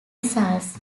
results